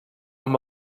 amb